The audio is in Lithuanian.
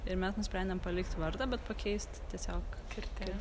ir mes nusprendėm palikt vardą bet pakeist tiesiog kirtį